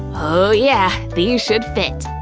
oh yeah, these should fit.